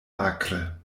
akre